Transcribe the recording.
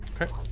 okay